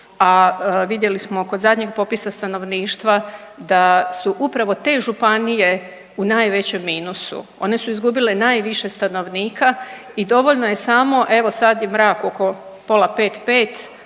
a vidjeli smo kod zadnjeg popisa stanovništva da su upravo te županije u najvećem minusu, one su izgubile najviše stanovnika i dovoljno je samo, evo sad je mrak oko pola pet,